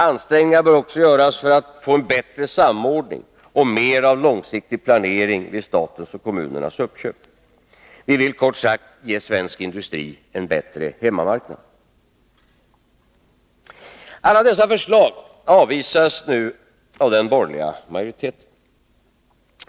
Ansträngningar bör också göras för en bättre samordning och mer av långsiktig planering vid statens och kommunernas uppköp. Vi vill, kort sagt, ge svensk industri en bättre hemmamarknad. Alla dessa förslag anvisas nu av den borgerliga majoriteten.